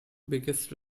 biggest